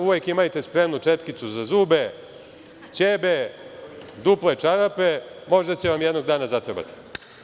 Uvek imajte spremnu četkicu za zube, ćebe, duple čarape, možda će vam jednog dana zatrebati.